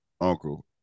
uncle